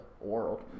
world